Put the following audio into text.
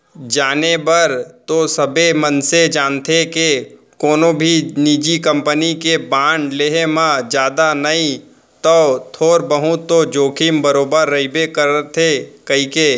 जाने बर तो सबे मनसे जानथें के कोनो भी निजी कंपनी के बांड लेहे म जादा नई तौ थोर बहुत तो जोखिम बरोबर रइबे करथे कइके